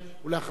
אחריו,